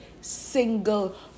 single